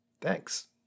Thanks